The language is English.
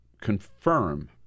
confirm